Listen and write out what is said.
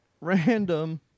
Random